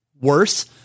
worse